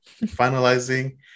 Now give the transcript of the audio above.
finalizing